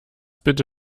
bitte